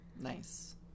Nice